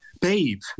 Babe